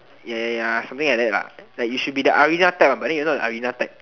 ya ya ya something like that lah like you should be the arena type but then you're not the arena type